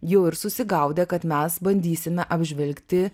jau ir susigaudė kad mes bandysime apžvelgti